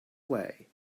way